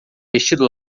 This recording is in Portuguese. vestido